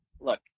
look